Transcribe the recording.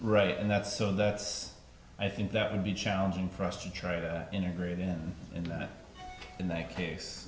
right and that's so that's i think that would be challenging for us to try to integrate in in that in that case